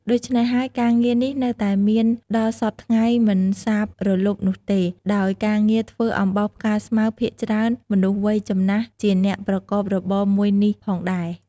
ដូចច្នេះហើយ ការងារនេះនៅតែមានដល់សព្វថ្ងៃមិនសាបរលុបនោះទេ ដោយការងារធ្វើអំបោសផ្កាស្មៅភាគច្រើនមនុស្សវ័យចំណាស់ជាអ្នកប្រកបរបរមួយនេះផងដៃរ។